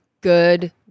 good